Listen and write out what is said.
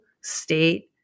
state